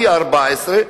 פי-14,